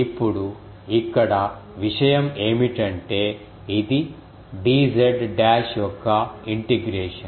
ఇప్పుడు ఇక్కడ విషయం ఏమిటంటే ఇది dz డాష్ యొక్క ఇంటిగ్రేషన్